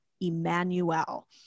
Emmanuel